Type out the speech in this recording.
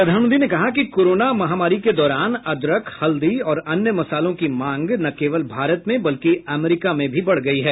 प्रधानमंत्री ने कहा कि कोरोना महामारी के दौरान अदरक हल्दी और अन्य मसालों की मांग न केवल भारत में बल्कि अमरीका में भी बढ़ गई है